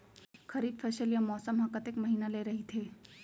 खरीफ फसल या मौसम हा कतेक महिना ले रहिथे?